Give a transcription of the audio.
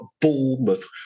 Bournemouth